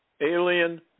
Alien